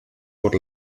por